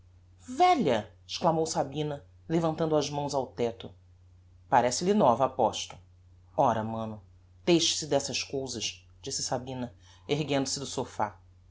velha velha exclamou sabina levantando as mãos ao tecto parece-lhe nova aposto ora mano deixe-se dessas cousas disse sabina erguendo-se do sophá